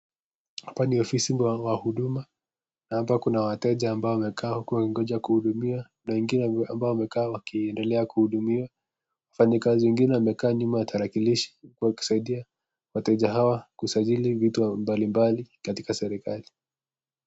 Hapa ni ofisi wa wa huduma, hapa kuna wateja ambao wamekaa wakigoja kuudumiwa na wengine ambao wamekaa wakiendelea kuudumiwa. Wafanyakazi wengine wamekaa nyuma ya tarakilishi wakisaidia wateja hawa kusajili vitu mbali mbali katika serekali.